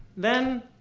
then,